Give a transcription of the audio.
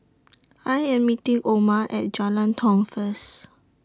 I Am meeting Oma At Jalan Tiong First